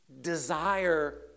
desire